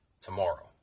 tomorrow